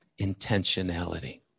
Intentionality